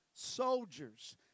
soldiers